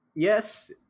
Yes